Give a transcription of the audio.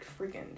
freaking